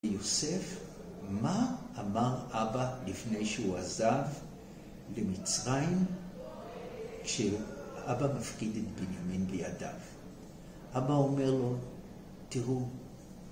יוסף, מה אמר אבא לפני שהוא עזב למצרים כשאבא מפקיד את בנימין לידיו? אבא אומר לו, תראו